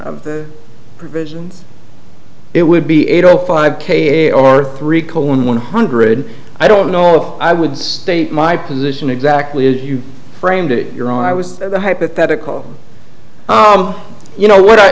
of the provisions it would be eight o five k or three colin one hundred i don't know if i would state my position exactly as you framed it your i was a hypothetical you know what i